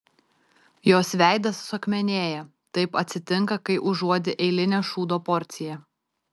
jos veidas suakmenėja taip atsitinka kai užuodi eilinę šūdo porciją